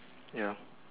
ya